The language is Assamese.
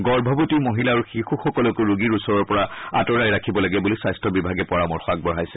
গৰ্ভৱতী মহিলা আৰু শিশুসকলকো ৰোগীৰ ওচৰৰ পৰা আঁতৰাই ৰাখিব লাগে বুলি স্বাস্থ্য বিভাগে পৰামৰ্শ আগবঢ়াইছে